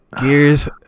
Gears